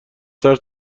ترس